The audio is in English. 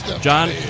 John